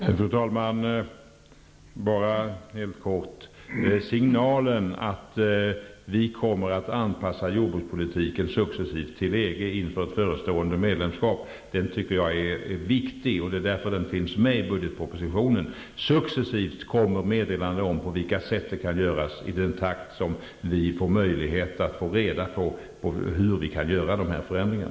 Fru talman! Signalen att vi successivt kommer att anpassa jordbrukspolitiken till EG inför ett förestående medlemskap är viktig, tycker jag. Det är därför den finns med i budgetpropositionen. Meddelanden om på vilka sätt det kan göras kommer successivt och i den takt som vi får reda på hur vi kan göra dessa förändringar.